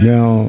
Now